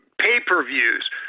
pay-per-views